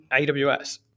AWS